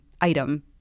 item